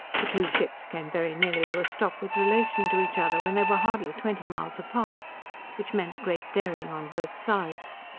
the two ships came very nearly to a stop with relation to each other when they were hardly twenty miles apart which meant great daring on both sides.